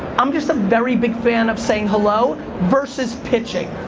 i'm just a very big fan of saying hello versus pitching.